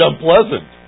unpleasant